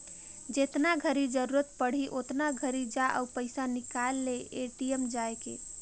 जेतना घरी जरूरत पड़ही ओतना घरी जा अउ पइसा निकाल ले ए.टी.एम जायके